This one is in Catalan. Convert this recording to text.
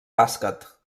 bàsquet